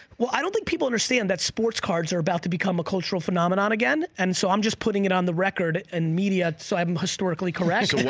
well i don't think people understand that sports cards are about to become a cultural phenomenon again. and so i'm just putting it on the record in and media so i'm historically correct.